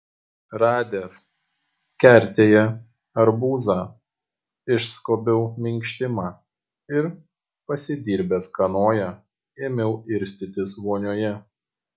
radęs kertėje arbūzą išskobiau minkštimą ir pasidirbęs kanoją ėmiau irstytis vonioje